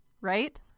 right